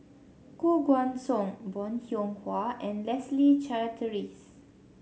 Koh Guan Song Bong Hiong Hwa and Leslie Charteris